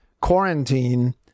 quarantine